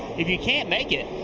if you can't make it,